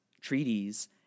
treaties